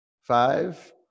Five